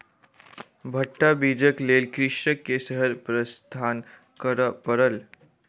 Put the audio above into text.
भट्टा बीजक लेल कृषक के शहर प्रस्थान करअ पड़ल